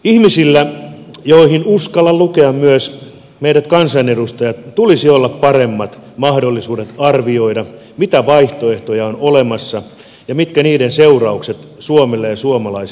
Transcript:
ihmisillä joihin uskallan lukea myös meidät kansanedustajat tulisi olla paremmat mahdollisuudet arvioida mitä vaihtoehtoja on olemassa ja mitkä niiden seuraukset suomelle ja suomalaisille olisivat